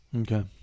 Okay